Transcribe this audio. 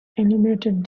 animated